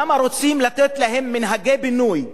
למה רוצים לתת להם מנהגי בינוי,